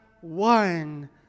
one